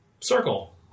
circle